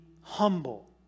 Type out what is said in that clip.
humble